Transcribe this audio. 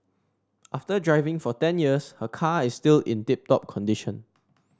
after driving for ten years her car is still in tip top condition